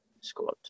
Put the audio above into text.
Squad